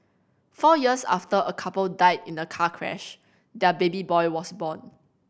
four years after a couple died in a car crash their baby boy was born